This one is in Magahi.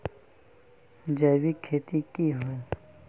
जैविक खेती की होय?